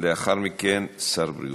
לאחר מכן שר הבריאות.